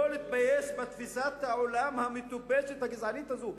לא להתבייש בתפיסת העולם המטופשת הגזענית הזאת,